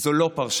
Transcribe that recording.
זו לא פרשנות,